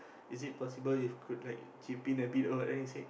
is it possible if could like chip in a bit or anything